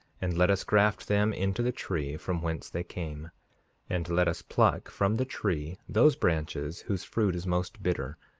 and let us graft them into the tree from whence they came and let us pluck from the tree those branches whose fruit is most bitter,